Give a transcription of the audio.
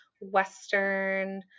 western